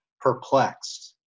perplexed